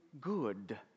good